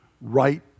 right